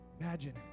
Imagine